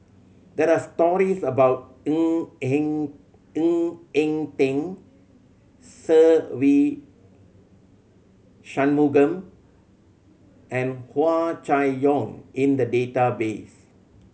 there are stories about Ng Eng Ng Eng Teng Se Ve Shanmugam and Hua Chai Yong in the database